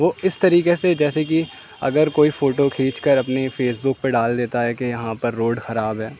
وہ اس طریقے سے جیسے کہ اگر کوئی فوٹو کھینچ کر اپنی فیس بک پہ ڈال دیتا ہے کہ یہاں پر روڈ خراب ہے